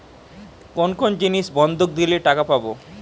কোন কোন জিনিস বন্ধক দিলে টাকা পাব?